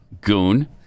goon